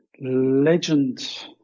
legend